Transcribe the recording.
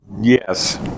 Yes